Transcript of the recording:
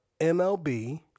MLB